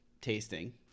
tasting